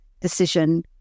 decision